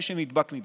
מי שנדבק נדבק,